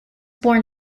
born